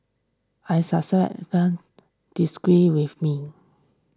I disagree with me